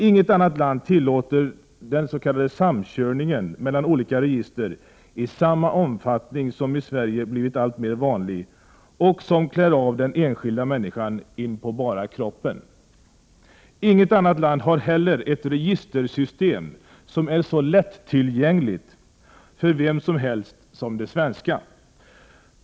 Inget annat land tillåter s.k. samkörning mellan olika register i samma omfattning som i Sverige har blivit alltmer vanlig och som klär av den enskilda människan in på bara kroppen. Inget annat land har heller ett registersystem som är så lättillgängligt för vem som helst som det svenska.